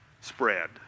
spread